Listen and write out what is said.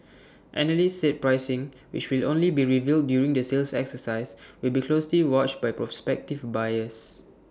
analysts said pricing which will only be revealed during the sales exercise will be closely watched by prospective buyers